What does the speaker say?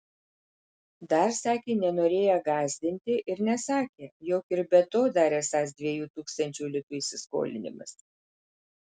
dar sakė nenorėję gąsdinti ir nesakę jog ir be to dar esąs dviejų tūkstančių litų įsiskolinimas